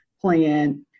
plan